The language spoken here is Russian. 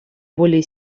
более